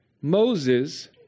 Moses